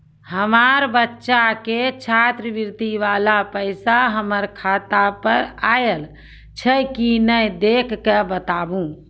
हमार बच्चा के छात्रवृत्ति वाला पैसा हमर खाता पर आयल छै कि नैय देख के बताबू?